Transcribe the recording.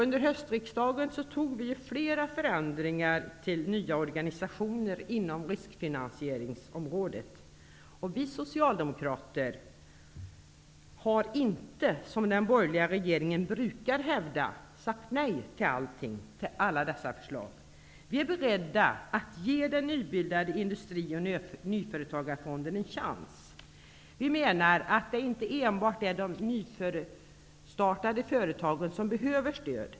Under höstriksdagen fattade vi beslut om flera förändringar till nya organisationer inom riskfinansieringsområdet. Vi socialdemokrater har inte, som den borgerliga regeringen brukar hävda, sagt nej till alla dessa förslag. Vi är beredda att ge den nybildade Industri och nyföretagarfonden en chans. Vi menar att det inte är enbart de nystartade företagen som behöver stöd.